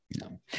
no